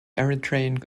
eritrean